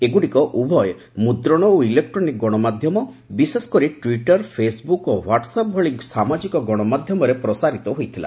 ଏଗୁଡ଼ିକ ଉଭୟ ମୁଦ୍ରଣ ଓ ଇଲେକ୍ଟ୍ରୋନିକ୍ ଗଣମାଧ୍ୟମ ବିଶେଷ କରି ଟ୍ୱିଟର ଫେସ୍ବୁକ୍ ଓ ହ୍ୱାଟସ୍ଆପ୍ ଭଳି ସାମାଜିକ ଗଣମାଧ୍ୟମରେ ପ୍ରସାରିତ ହୋଇଥିଲା